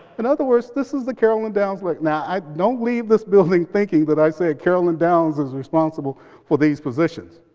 in other words, this is the carolyn downs like now, don't leave this building thinking that i said carolyn downs is responsible for these positions.